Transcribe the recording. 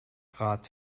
grad